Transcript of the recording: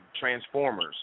Transformers